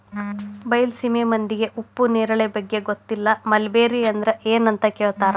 ಬೈಲಸೇಮಿ ಮಂದಿಗೆ ಉಪ್ಪು ನೇರಳೆ ಬಗ್ಗೆ ಗೊತ್ತಿಲ್ಲ ಮಲ್ಬೆರಿ ಅಂದ್ರ ಎನ್ ಅಂತ ಕೇಳತಾರ